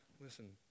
Listen